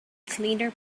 cleaner